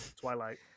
Twilight